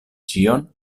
ĉion